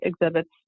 exhibits